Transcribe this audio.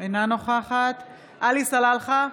אינה נוכחת עלי סלאלחה,